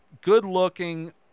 good-looking